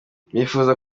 bifuza